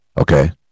okay